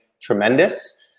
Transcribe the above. tremendous